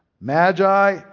magi